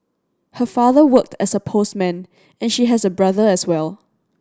her father worked as a postman and she has a brother as well